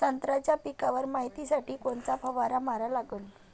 संत्र्याच्या पिकावर मायतीसाठी कोनचा फवारा मारा लागन?